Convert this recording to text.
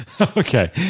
Okay